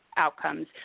outcomes